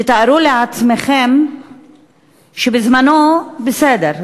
תתארו לעצמכם שבזמנו בסדר,